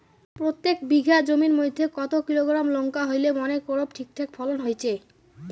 প্রত্যেক বিঘা জমির মইধ্যে কতো কিলোগ্রাম লঙ্কা হইলে মনে করব ঠিকঠাক ফলন হইছে?